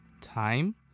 time